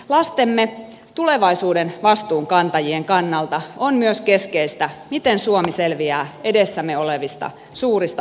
lastemme tulevaisuuden vastuunkantajien kannalta on myös keskeistä miten suomi selviää edessämme olevista suurista haasteista